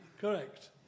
Correct